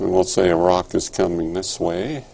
will say iraq is coming this way